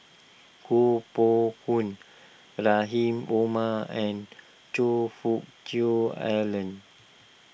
Koh Poh Koon Rahim Omar and Choe Fook Cheong Alan